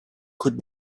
could